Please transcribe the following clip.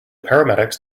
paramedics